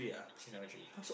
three numbers already